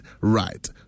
right